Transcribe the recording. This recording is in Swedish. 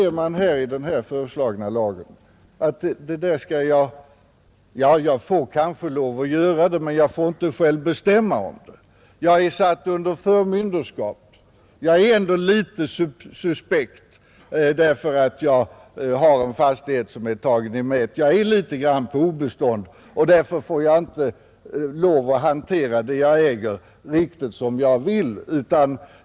Enligt den nu föreslagna lagen skulle jag kanske få lov att göra det, men jag får inte själv bestämma om det. Jag är satt under förmynderskap, och jag är litet suspekt därför att jag har en fastighet som är tagen i mät. Jag är litet grand på obestånd och får därför inte lov att hantera det jag äger som jag vill.